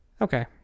okay